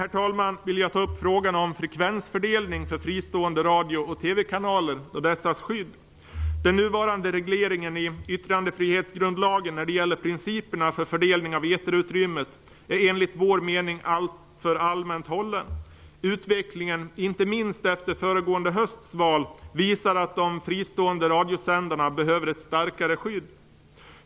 Slutligen vill jag ta upp frågan om frekvensfördelning för fristående radio och TV kanaler och dessas skydd. Den nuvarande regleringen i yttrandefrihetsgrundlagen när det gäller principerna för fördelning av eterutrymmet är enligt vår mening alltför allmänt hållen. Utvecklingen, inte minst efter föregående hösts val, visar att de fristående radiosändarna behöver ett starkare skydd.